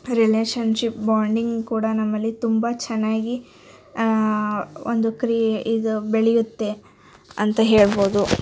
relationship bonding ಕೂಡ ನಮ್ಮಲ್ಲಿ ತುಂಬಾ ಚೆನ್ನಾಗಿ ಒಂದು ಕ್ರೀಯೆ ಇದು ಬೆಳೆಯುತ್ತೆ ಅಂತ ಹೇಳ್ಬೋದು